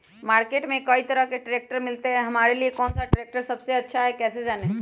Market में कई तरह के ट्रैक्टर मिलते हैं हमारे लिए कौन सा ट्रैक्टर सबसे अच्छा है कैसे जाने?